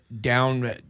down